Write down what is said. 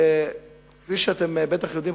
כפי שאתם בטח יודעים,